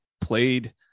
played